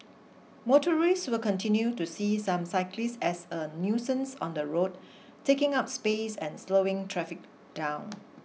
motorists will continue to see some cyclists as a nuisance on the road taking up space and slowing traffic down